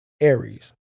aries